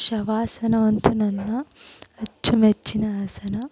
ಶವಾಸನ ಅಂತೂ ನನ್ನ ಅಚ್ಚುಮೆಚ್ಚಿನ ಆಸನ